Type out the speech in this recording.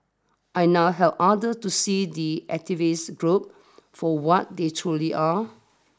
I now help others to see the activist group for what they truly are